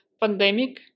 pandemic